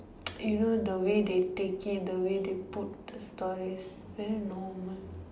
you know the way they take it the way they put the stories very normal